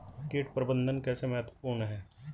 कीट प्रबंधन कैसे महत्वपूर्ण है?